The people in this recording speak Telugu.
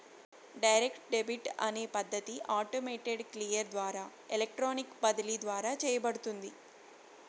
డైరెక్ట్ డెబిట్ అనే పద్ధతి ఆటోమేటెడ్ క్లియర్ ద్వారా ఎలక్ట్రానిక్ బదిలీ ద్వారా చేయబడుతుంది